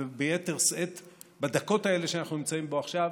וביתר שאת בדקות האלה שאנחנו נמצאים פה עכשיו,